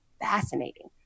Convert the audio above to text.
fascinating